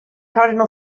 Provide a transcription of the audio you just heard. cardinal